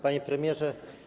Panie Premierze!